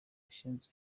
yashinze